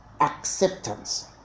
acceptance